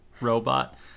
robot